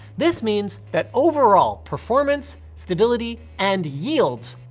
this means that overall performance, stability, and yields,